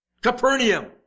Capernaum